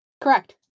Correct